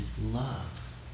love